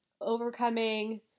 overcoming